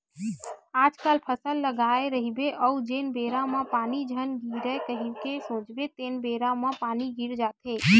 आजकल फसल लगाए रहिबे अउ जेन बेरा म पानी झन गिरय कही के सोचबे तेनेच बेरा म पानी गिर जाथे